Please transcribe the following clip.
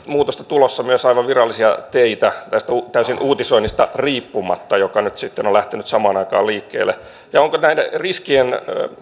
muutosta tulossa myös aivan virallisia teitä täysin tästä uutisoinnista riippumatta joka nyt sitten on on lähtenyt samaan aikaan liikkeelle onko näiden riskien